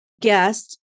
guest